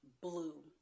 Blue